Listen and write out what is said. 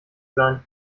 sein